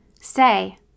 say